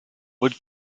would